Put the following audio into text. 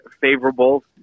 favorable